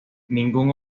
ningún